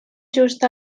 just